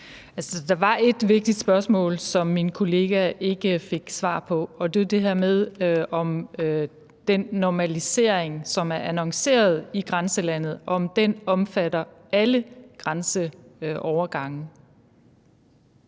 Der var ét vigtigt spørgsmål, som min kollega ikke fik svar på, og det var jo det her med, om den normalisering, som er annonceret i grænselandet, omfatter alle grænseovergange.